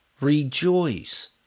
rejoice